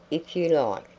if you like,